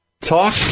Talk